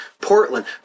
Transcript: Portland